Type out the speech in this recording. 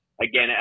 Again